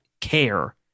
care